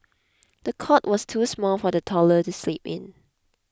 the cot was too small for the toddler to sleep in